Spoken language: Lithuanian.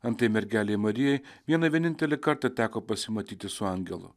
antai mergelei marijai vieną vienintelį kartą teko pasimatyti su angelu